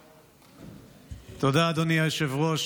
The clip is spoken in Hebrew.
תודה, אדוני היושב-ראש.